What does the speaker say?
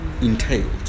entailed